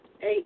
eight